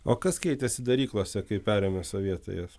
o kas keitėsi daryklose kai perėmė sovietai jas